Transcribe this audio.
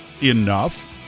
enough